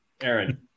Aaron